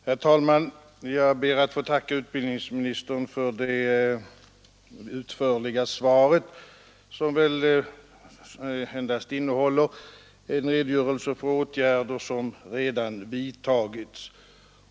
Herr talman! Jag ber att få tacka utbildningsministern för det utförliga svaret, som väl endast innehåller en redogörelse för åtgärder som redan vidtagits.